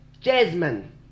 Jasmine